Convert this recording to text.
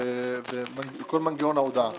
וכל מנגנון ההודעה.